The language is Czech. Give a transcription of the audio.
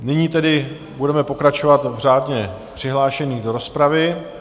Nyní tedy budeme pokračovat v řádně přihlášených do rozpravy.